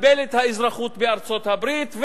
קיבל את האזרחות בארצות-הברית,